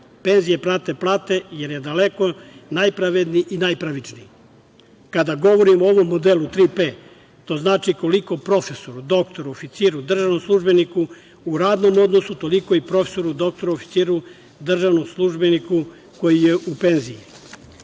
penzije prate plate, jer je daleko najpravedniji i najpravičniji. Kada govorim o ovo modelu Tri P, to znači koliko profesoru, doktoru, oficiru, državnom službeniku u radnom odnosu, toliko i profesoru, doktoru, oficiru, državnom službeniku koji je u penziju. Nas